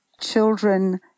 children